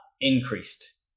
increased